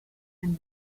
and